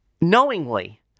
knowingly